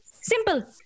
simple